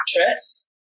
actress